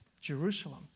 Jerusalem